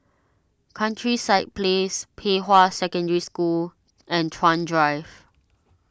Countryside Place Pei Hwa Secondary School and Chuan Drive